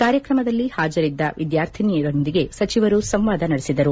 ಕಾರ್ಯಕ್ರಮದಲ್ಲಿ ಹಾಜರಿದ್ದ ವಿದ್ಲಾರ್ಥಿನಿಯರೊಂದಿಗೆ ಸಚಿವರು ಸಂವಾದ ನಡೆಸಿದರು